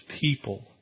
people